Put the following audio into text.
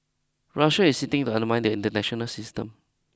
Russia is sitting to undermine the international system